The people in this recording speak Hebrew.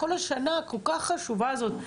כל השנה הכול כך חשובה הזאת.